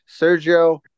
Sergio